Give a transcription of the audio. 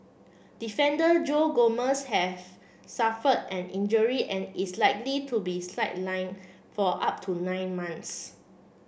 defender Joe Gomez have suffered an injury and is likely to be sideline for up to nine months